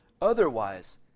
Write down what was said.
Otherwise